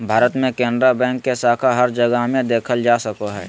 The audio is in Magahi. भारत मे केनरा बैंक के शाखा हर जगह मे देखल जा सको हय